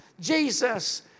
Jesus